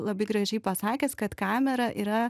labai gražiai pasakęs kad kamera yra